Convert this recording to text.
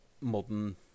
modern